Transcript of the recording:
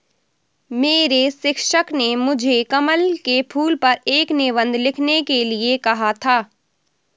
मेरे शिक्षक ने मुझे कमल के फूल पर एक निबंध लिखने के लिए कहा था